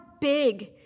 big